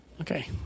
Okay